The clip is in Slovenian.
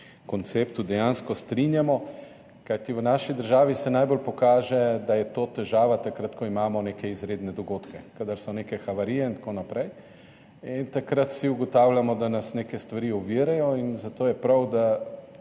konceptu dejansko strinjamo, kajti v naši državi se najbolj pokaže, da je to težava takrat, ko imamo neke izredne dogodke, kadar so neke havarije in tako naprej in takrat vsi ugotavljamo, da nas neke stvari ovirajo, zato je prav, da